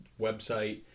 website